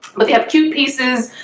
but they have two pieces